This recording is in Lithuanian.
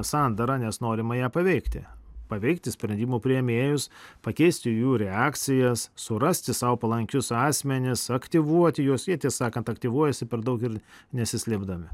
sandarą nes norima ją paveikti paveikti sprendimų priėmėjus pakeisti jų reakcijas surasti sau palankius asmenis aktyvuoti juos jie tiesą sakant aktyvuojasi per daug ir nesislėpdami